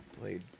played